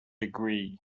agree